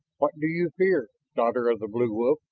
what do you fear, daughter of the blue wolf?